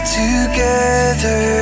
together